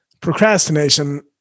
Procrastination